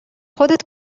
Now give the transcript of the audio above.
خودت